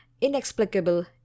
inexplicable